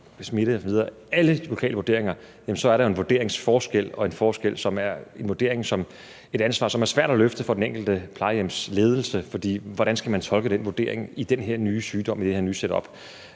smitte osv., alle lokale vurderinger – er der en vurderingsforskel. Og det er et ansvar, som er svært at løfte for den enkelte plejehjemsledelse, for hvordan skal man tolke den vurdering i forhold til den her nye sygdom og det her nye setup?